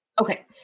Okay